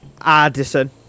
Addison